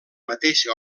mateixa